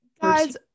guys